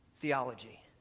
theology